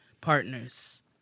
partners